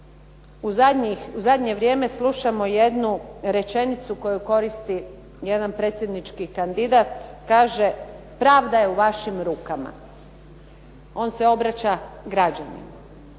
u zadnje vrijeme slušamo jednu rečenicu koju koristi jedan predsjednički kandidat. Kaže: "Pravda je u vašim rukama". On se obraća građanima.